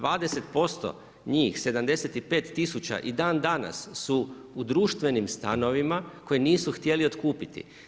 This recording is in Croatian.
20% njih 75 tisuća i dan danas su u društvenim stanovima koje nisu htjeli otkupiti.